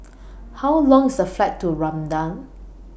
How Long IS The Flight to Rwanda